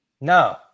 No